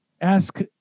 Ask